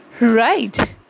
Right